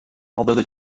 although